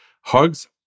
Hugs